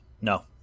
No